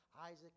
Isaac